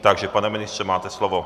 Takže pane ministře, máte slovo.